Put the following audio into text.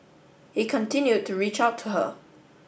he continued to reach out to her